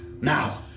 now